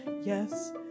Yes